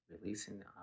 releasing